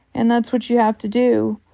and that's what you have to do.